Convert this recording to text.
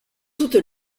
toute